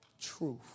truth